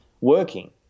working